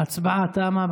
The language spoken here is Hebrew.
ההצבעה תמה.